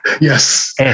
yes